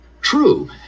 true